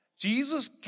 Jesus